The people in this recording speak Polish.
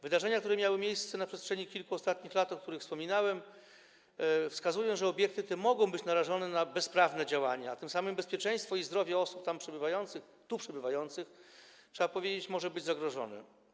Wydarzenia, które miały miejsce na przestrzeni kilku ostatnich lat, te, o których wspominałem, wskazują, że obiekty te mogą być narażone na bezprawne działania, a tym samym bezpieczeństwo i zdrowie osób tu przebywających, trzeba powiedzieć, może być zagrożone.